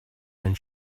and